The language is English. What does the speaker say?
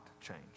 change